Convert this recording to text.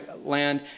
Land